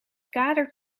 kader